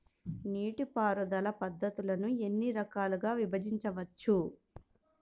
నీటిపారుదల పద్ధతులను ఎన్ని రకాలుగా విభజించవచ్చు?